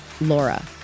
Laura